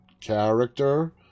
character